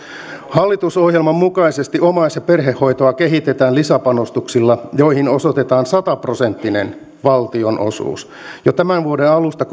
hallitusohjelman mukaisesti omais ja perhehoitoa kehitetään lisäpanostuksilla joihin osoitetaan sata prosenttinen valtionosuus jo tämän vuoden alusta